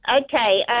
Okay